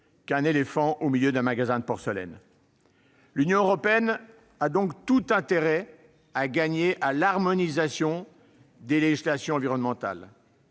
qu'un éléphant au milieu d'un magasin de porcelaine. L'Union européenne a donc tout à gagner à l'harmonisation des législations environnementales.